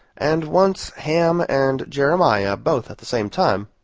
and once ham and jeremiah both at the same time.